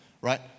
right